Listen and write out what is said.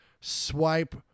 swipe